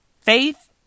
Faith